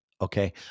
Okay